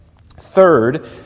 Third